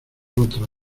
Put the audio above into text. otra